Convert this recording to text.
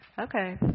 Okay